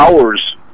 hours